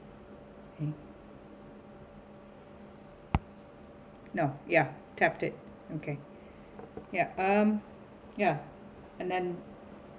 eh no ya tap it okay ya um ya and then